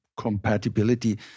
compatibility